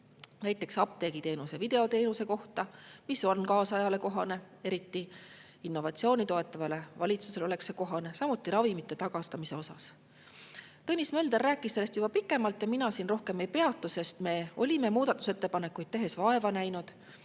näiteks apteegiteenuse videoteenuse kohta, mis on kaasajale kohane – eriti oleks see kohane innovatsiooni toetavale valitsusele –, samuti ravimite tagastamise kohta. Tõnis Mölder rääkis sellest juba pikemalt ja mina siin rohkem ei peatu, sest me olime muudatusettepanekuid tehes vaeva näinud,